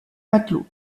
matelot